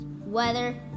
weather